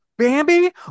Bambi